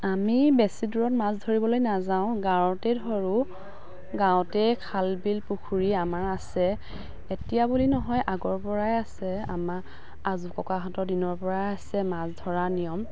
আমি বেছি দূৰত মাছ ধৰিবলৈ নাযাওঁ গাঁৱতেই ধৰোঁ গাঁৱতে খাল বিল পুখুৰী আমাৰ আছে এতিয়া বুলি নহয় আগৰ পৰাই আছে আমাৰ আজোককাহঁতৰ দিনৰ পৰাই আছে মাছ ধৰা নিয়ম